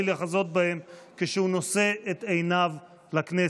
לחזות בהם כשהוא נושא את עיניו לכנסת.